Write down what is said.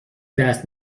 درس